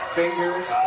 fingers